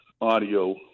audio